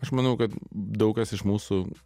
aš manau kad daug kas iš mūsų